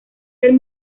del